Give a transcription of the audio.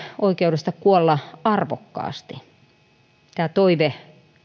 oikeudesta kuolla arvokkaasti tämä toive